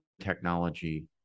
technology